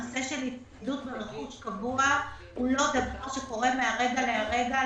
הנושא של הצטיידות ברכוש קבוע הוא לא דבר שקורה מהרגע להרגע.